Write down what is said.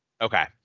Okay